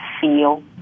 feel